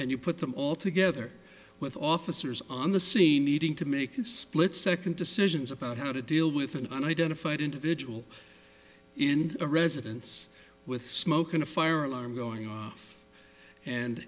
and you put them all together with officers on the scene needing to make a split second decisions about how to deal with an identified individual in a residence with smoke and a fire alarm going off and